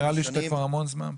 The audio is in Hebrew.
נראה לי שאתה פה כבר המון זמן.